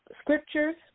scriptures